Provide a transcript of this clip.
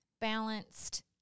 Balanced